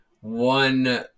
one